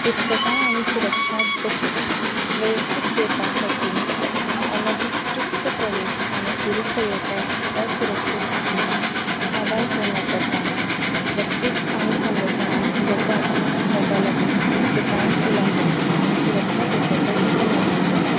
गु्तकाय आनी सुरक्षा दोखी वैक्तीक डेटा हॅकींग अनधिकृत प्रवेश आनी दुरुपयोगाक असुरक्षीत आशिल्ल्यान मोबायल फोन वापरताना व्यक्तीक आनी संगटणाक धोको आसता जाका लागून गुप्तकायेन उलंगण आनी सुरक्षा धोक्याचो हुस्को निर्माण जाला